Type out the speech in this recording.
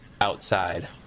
outside